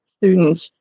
students